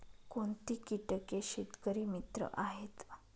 कोणती किटके शेतकरी मित्र आहेत?